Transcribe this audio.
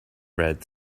red